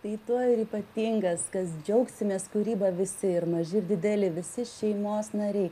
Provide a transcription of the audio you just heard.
tai tuo ir ypatingas kas džiaugsimės kūryba visi ir maži ir dideli visi šeimos nariai